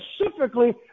specifically